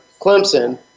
Clemson